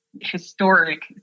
historic